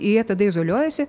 jie tada izoliuojasi